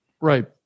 Right